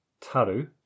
Taru